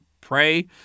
pray